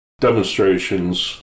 demonstrations